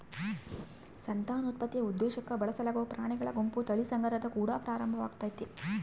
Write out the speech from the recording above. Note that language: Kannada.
ಸಂತಾನೋತ್ಪತ್ತಿಯ ಉದ್ದೇಶುಕ್ಕ ಬಳಸಲಾಗುವ ಪ್ರಾಣಿಗಳ ಗುಂಪು ತಳಿ ಸಂಗ್ರಹದ ಕುಡ ಪ್ರಾರಂಭವಾಗ್ತತೆ